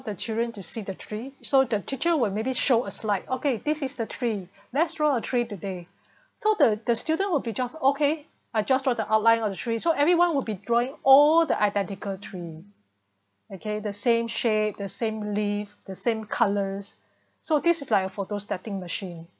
the children to see the tree so the teacher will maybe show a slide okay this is the tree let's draw a tree today so the the student will be just okay I just draw the outline of a tree so everyone will be drawing all the identical tree okay the same shape the same leave the same colors so this is like a photostacking machine